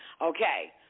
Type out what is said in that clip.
Okay